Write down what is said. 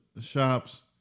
shops